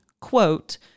quote